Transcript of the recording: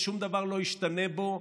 ושום דבר לא ישתנה בו,